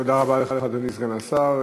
תודה רבה לך, אדוני סגן השר.